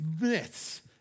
myths